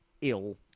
ill